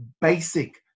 basic